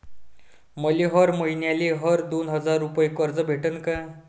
मले हर मईन्याले हर दोन हजार रुपये कर्ज भेटन का?